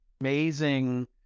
amazing